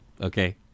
okay